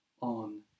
on